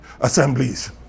Assemblies